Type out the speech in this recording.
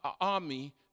army